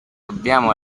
abbiamo